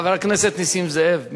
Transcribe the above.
חבר הכנסת נסים זאב,